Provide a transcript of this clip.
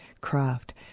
craft